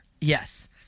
Yes